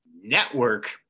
Network